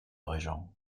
régent